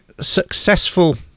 successful